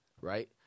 right